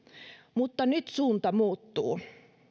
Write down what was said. mutta nyt suunta muuttuu